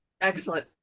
excellent